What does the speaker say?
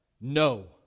No